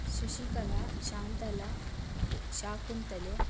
Shashikala Shanthala Shakuntale